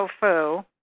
tofu